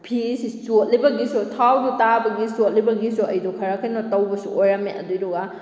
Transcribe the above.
ꯐꯤꯁꯤ ꯆꯣꯠꯂꯤꯕꯒꯤꯁꯨ ꯊꯥꯎꯗꯨ ꯇꯥꯕꯒꯤ ꯆꯣꯠꯂꯤꯕꯒꯤꯁꯨ ꯑꯩꯗꯨ ꯈꯔ ꯀꯩꯅꯣ ꯇꯧꯕꯁꯨ ꯑꯣꯏꯔꯝꯃꯦ ꯑꯗꯨꯒꯤꯗꯨꯒ